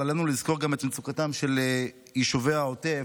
אבל עלינו לזכור גם את מצוקתם של יישובי העוטף,